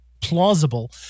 plausible